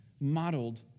modeled